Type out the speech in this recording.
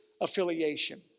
affiliation